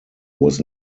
was